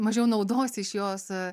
mažiau naudos iš jos